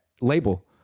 label